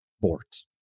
Bort